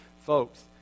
Folks